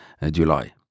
july